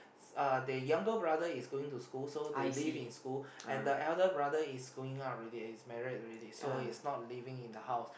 uh the younger brother is going to school so they live in school and the elder brother is going out already he's married already so he's not living in the house